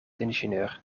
ingenieur